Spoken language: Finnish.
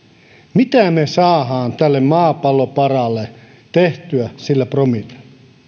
mitä me saamme tälle maapalloparalle tehtyä sillä promillella